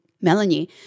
Melanie